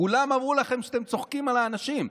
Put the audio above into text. כולם אמרו לכם שאתם צוחקים על האנשים.